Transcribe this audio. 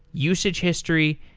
usage history,